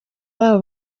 babo